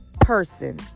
person